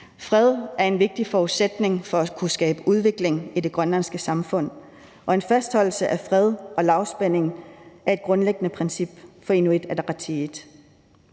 Fred er en vigtig forudsætning for at kunne skabe udvikling i det grønlandske samfund, og en fastholdelse af fred og lavspænding er et grundlæggende princip for Inuit Ataqatigiit.